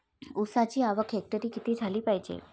ऊसाची आवक हेक्टरी किती झाली पायजे?